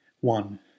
One